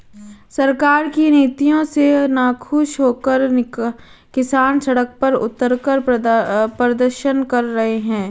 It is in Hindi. सरकार की नीतियों से नाखुश होकर किसान सड़क पर उतरकर प्रदर्शन कर रहे हैं